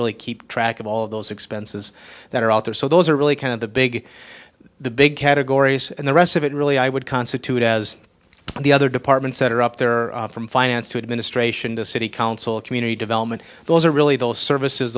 really keep track of all of those expenses that are out there so those are really kind of the big the big categories and the rest of it really i would constitute as the other departments that are up there from finance to administration to city council community development those are really those services